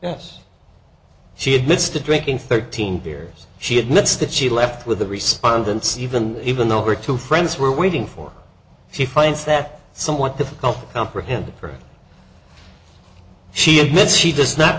yes she admits to drinking thirteen beers she admits that she left with the respondents even even though her two friends were waiting for she finds that somewhat difficult comprehend for she admits she does not